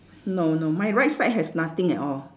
no no my right side has nothing at all